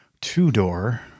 two-door